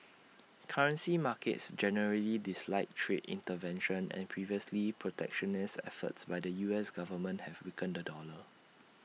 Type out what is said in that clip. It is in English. currency markets generally dislike trade intervention and previously protectionist efforts by the U S Government have weakened the dollar